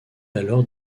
alors